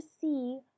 see